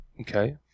Okay